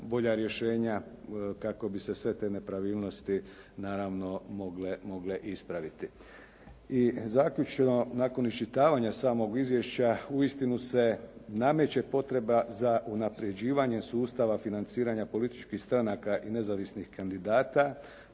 boja rješenja kako bi se sve te nepravilnosti naravno mogle ispraviti. I zaključno, nakon iščitavanja samog izvješća uistinu se nameće potreba za unaprjeđivanja sustava financiranja stranaka i nezavisnih kandidata,